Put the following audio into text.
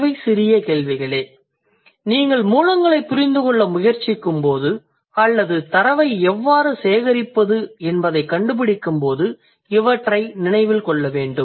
இவை சிறிய கேள்விகளே நீங்கள் மூலங்களைப் புரிந்து கொள்ள முயற்சிக்கும்போது அல்லது தரவை எவ்வாறு சேகரிப்பது என்பதைக் கண்டுபிடிக்கும்போது இவற்றை நினைவில் கொள்ள வேண்டும்